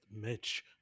Mitch